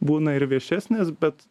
būna ir viešesnės bet